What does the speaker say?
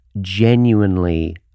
genuinely